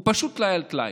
הוא פשוט טלאי על טלאי.